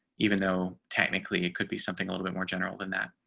even though technically it could be something a little more general than that.